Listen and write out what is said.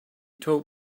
told